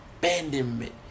abandonment